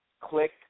click